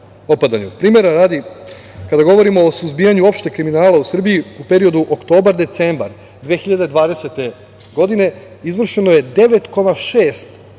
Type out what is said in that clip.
radi, kada govorimo o suzbijanju opšteg kriminala u Srbiji u periodu oktobar-decembar 2020. godine izvršeno 9,6